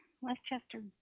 Westchester